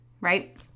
right